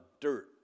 dirt